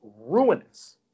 ruinous